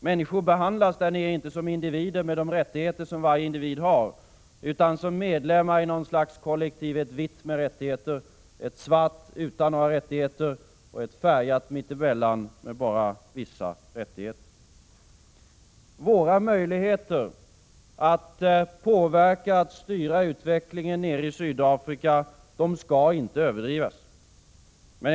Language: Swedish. Människor behandlas där nere inte som individer med de rättigheter som varje individ har utan som medlemmar i något slags kollektiv — ett vitt med rättigheter, ett svart utan några rättigheter och ett färgat mitt emellan med bara vissa rättigheter. Våra möjligheter att påverka, att styra utvecklingen nere i Sydafrika skall inte överdrivas.